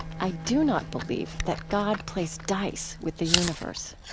i do not believe that god plays dice with the universe.